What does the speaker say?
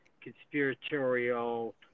conspiratorial